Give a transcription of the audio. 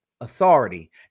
authority